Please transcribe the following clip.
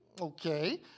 Okay